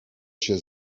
się